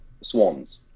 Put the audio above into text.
Swans